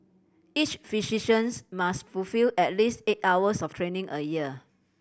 each physicians must fulfil at least eight hours of training a year